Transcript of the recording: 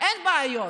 אין בעיות.